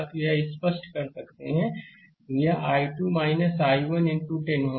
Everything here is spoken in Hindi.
तो यह स्पष्ट कर सकते हैं तो यह I2 I1 इनटू10 होगा